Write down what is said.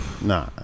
Nah